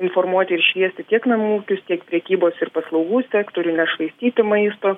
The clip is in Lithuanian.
informuoti ir šviesti tiek namų ūkius tiek prekybos ir paslaugų sektorių nešvaistyti maisto